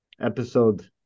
episode